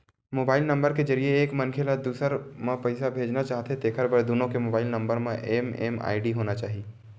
mobile number के जरिए एक मनखे ह दूसर ल पइसा भेजना चाहथे तेखर बर दुनो के मोबईल नंबर म एम.एम.आई.डी होना चाही